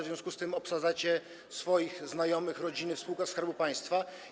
W związku z tym obsadzacie swoimi znajomymi, rodzinami spółki Skarbu Państwa.